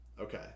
Okay